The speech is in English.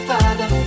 Father